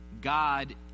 God